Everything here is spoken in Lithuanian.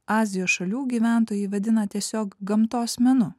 azijos šalių gyventojai vadina tiesiog gamtos menu